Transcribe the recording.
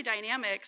dynamics